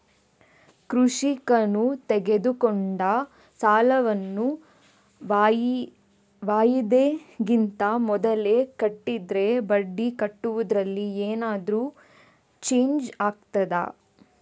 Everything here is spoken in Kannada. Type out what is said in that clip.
ಕೃಷಿಕನು ತೆಗೆದುಕೊಂಡ ಸಾಲವನ್ನು ವಾಯಿದೆಗಿಂತ ಮೊದಲೇ ಕಟ್ಟಿದರೆ ಬಡ್ಡಿ ಕಟ್ಟುವುದರಲ್ಲಿ ಏನಾದರೂ ಚೇಂಜ್ ಆಗ್ತದಾ?